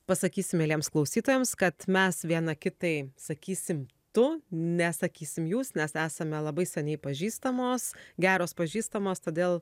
pasakysiu mieliems klausytojams kad mes viena kitai sakysim tu nesakysim jūs nes esame labai seniai pažįstamos geros pažįstamos todėl